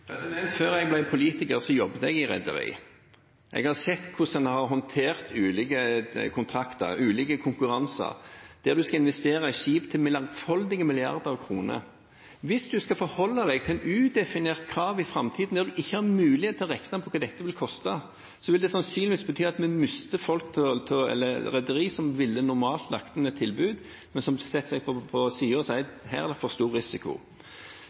Jeg har sett hvordan en har håndtert ulike kontrakter, ulike konkurranser, der man skal investere i skip til mangfoldige milliarder kroner. Hvis man skal forholde seg til et udefinert krav i framtiden, der man ikke har mulighet til å regne på hva dette vil koste, vil det sannsynligvis bety at vi mister rederier som normalt ville lagt inn et tilbud, men som setter seg på sidelinjen og sier at her er det for stor risiko.